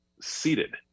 seated